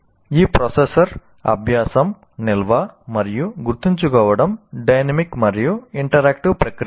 ఈ ప్రాసెసర్ అభ్యాసం నిల్వ మరియు గుర్తుంచుకోవడం డైనమిక్ మరియు ఇంటరాక్టివ్ ప్రక్రియలు